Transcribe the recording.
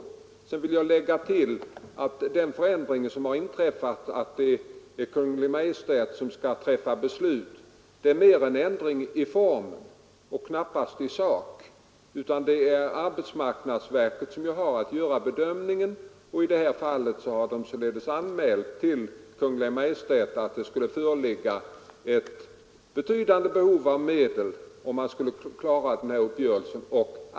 Slutligen vill jag tillägga att den förändring som nu inträffat, att 117 Kungl. Maj:t skall fatta beslut, är en ändring i form men knappast i sak. Det är arbetsmarknadsstyrelsen som har att göra bedömningen, och styrelsen har anmält till Kungl. Maj:t att det föreligger ett betydande medelsbehov om man skall kunna träffa uppgörelse.